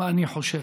מה אני חושב.